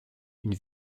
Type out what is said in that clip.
une